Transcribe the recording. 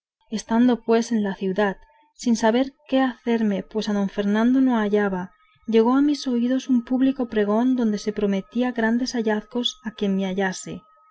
estando pues en la ciudad sin saber qué hacerme pues a don fernando no hallaba llegó a mis oídos un público pregón donde se prometía grande hallazgo a quien me hallase dando las